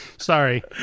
sorry